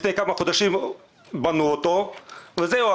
לפני כמה חודשים בנו אותו וזהו,